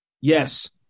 Yes